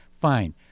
Fine